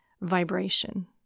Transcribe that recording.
vibration